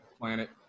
planet